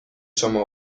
شما